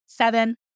seven